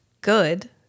good